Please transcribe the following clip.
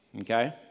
Okay